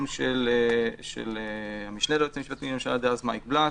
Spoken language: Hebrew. של המשנה ליועץ המשפטי לממשלה דאז מייק בלס